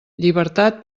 llibertat